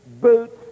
boots